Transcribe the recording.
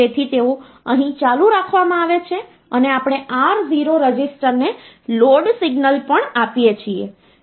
તેથી તેઓ અહીં ચાલુ રાખવામાં આવે છે અને આપણે R0 રજિસ્ટરને લોડ સિગ્નલ પણ આપીએ છીએ